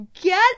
Get